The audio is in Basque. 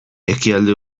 ekialde